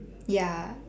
ya